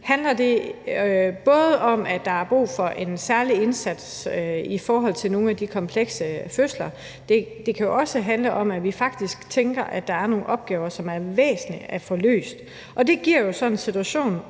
handler om, at der er brug for en særlig indsats i forhold til nogle af de komplekse fødsler. Men det kan jo også handle om, at vi faktisk tænker, at der er nogle opgaver, som er væsentlige at få løst, og det giver jo så en situation,